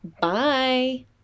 bye